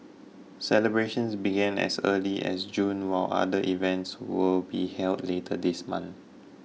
celebrations began as early as June while other events will be held later this month